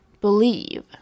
believe